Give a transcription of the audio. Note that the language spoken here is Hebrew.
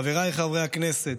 חבריי חברי הכנסת,